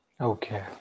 Okay